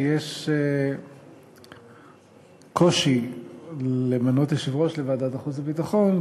שיש קושי למנות יושב-ראש לוועדת החוץ והביטחון,